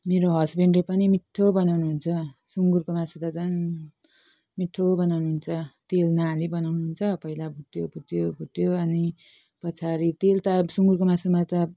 मेरो हस्बेन्डले पनि मिठो बनाउनुहुन्छ सुँगुरको मासु त झन् मिठो बनाउनुहुन्छ तेल नहालि बनाउनुहुन्छ पहिला भुट्यो भुट्यो भुट्यो अनि पछाडि तेल त सुँगुरको मासुमा त